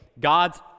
God's